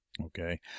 okay